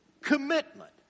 commitment